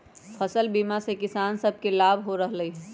फसल बीमा से किसान सभके लाभ हो रहल हइ